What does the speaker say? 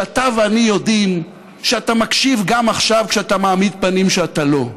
שאתה ואני יודעים שאתה מקשיב גם עכשיו כשאתה מעמיד פנים שאתה לא,